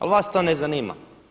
Ali vas to ne zanima.